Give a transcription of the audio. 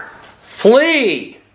Flee